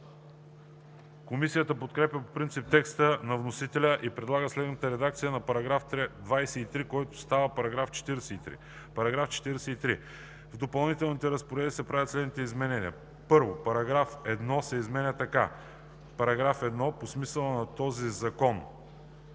Комисията подкрепя по принцип текста на вносителя и предлага следната редакция на § 23, който става § 43: „§ 43. В допълнителните разпоредби се правят следните изменения: 1. Параграф 1 се изменя така: „§ 1. По смисъла на този закон: